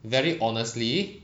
very honestly